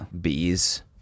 Bees